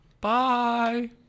Bye